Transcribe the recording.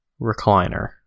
recliner